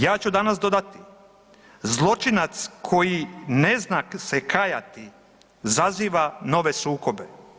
Ja ću danas dodati, zločinac koji ne zna se kajati zaziva nove sukobe.